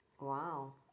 Wow